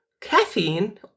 caffeine